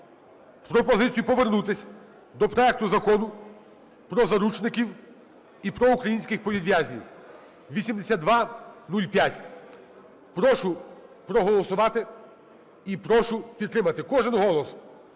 пропозицію повернутись до проекту Закону про заручників і про українських політв'язнів (8205). Прошу проголосувати і прошу підтримати. Кожен голос.